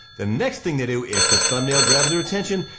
the next thing they do, if the thumbnail grabs their attention,